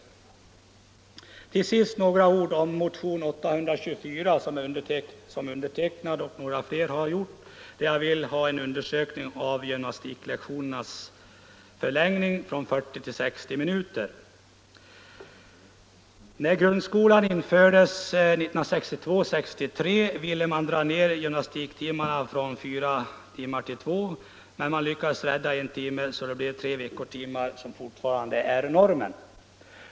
Så till sist några ord om motionen 824 av mig och ytterligare några ledamöter, där vi vill ha en utökning av gymnastiklektionernas längd från 40 till 60 minuter. När grundskolan infördes 1962/63 ville man dra ner gymnastiktimmarna från fyra till två, men man lyckades rädda en timme, så att det blev tre veckotimmar, vilket fortfarande är normen.